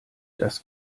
das